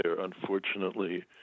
unfortunately